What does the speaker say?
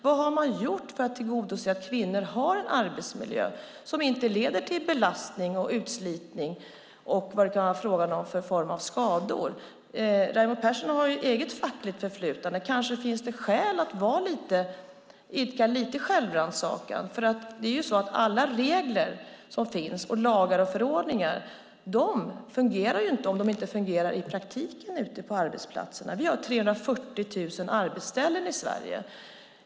Vad har man gjort för att se till att kvinnors arbetsmiljö inte leder till belastning och utslitning och andra skador? Raimo Pärssinen har ju ett fackligt förflutet. Det kanske finns skäl att idka lite självrannsakan. Våra regler, lagar och förordningar fungerar ju inte om de inte tillämpas i praktiken. Det finns 340 000 arbetsställen i Sverige.